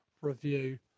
review